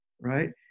right